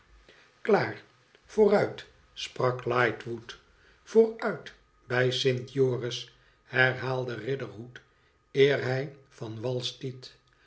klaar vooruit sprak lightwood vooruit bij st joris herhaalde riderhood eer hij vanwalstiet maar